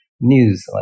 news